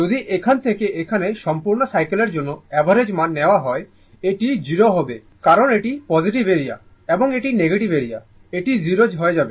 যদি এখান থেকে এখানে সম্পূর্ণ সাইকেলের জন্য অ্যাভারেজ মান নেওয়া হয় এটি 0 হবে কারণ এটি পজিটিভ এরিয়া এবং এটি নেগেটিভ এরিয়া এটি 0 হয়ে যাবে